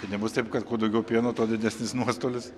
nebus taip kad kuo daugiau pieno tuo didesnis nuostolis